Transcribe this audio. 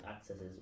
accesses